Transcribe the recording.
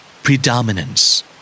Predominance